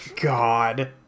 God